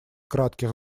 кратких